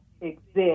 exist